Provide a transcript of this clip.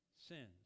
sins